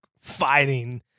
fighting